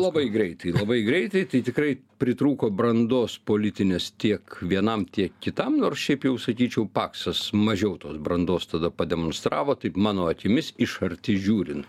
labai greitai labai greitai tai tikrai pritrūko brandos politinės tiek vienam tiek kitam nors šiaip jau sakyčiau paksas mažiau tos brandos tada pademonstravo taip mano akimis iš arti žiūrint